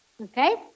okay